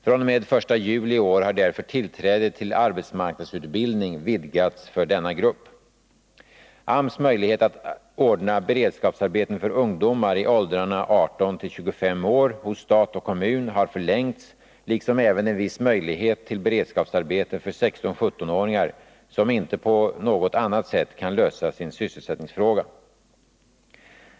fr.o.m. den 1 juli i år har därför tillträdet till arbetsmarknadsutbildning vidgats för denna grupp. AMS möjlighet att ordna beredskapsarbeten för ungdomar i åldrarna 18-25 år hos stat och kommun har förlängts, liksom även en viss möjlighet till beredskapsarbete för 16-17-åringar som inte på något annat sätt kan lösa sin sysselsättningsfråga.